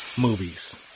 movies